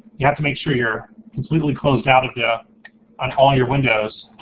you have to make sure you're completely closed out yeah and all your windows,